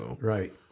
Right